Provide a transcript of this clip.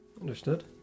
Understood